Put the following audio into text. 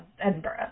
Edinburgh